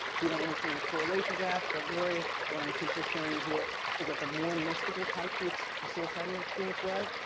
if you don't understand the correlation graphs, don't worry. what i'm essentially showing here is that the more mystical type the the psilocybin experience was,